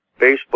Facebook